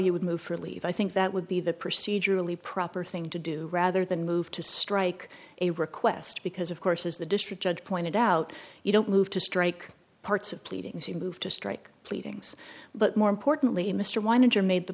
you would move for leave i think that would be the procedurally proper thing to do rather than move to strike a request because of course as the district judge pointed out you don't move to strike parts of pleadings you move to strike pleadings but more importantly mr wine and your made the